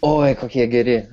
oi kokie geri